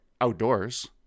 outdoors